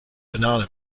banana